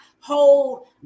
hold